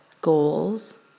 goals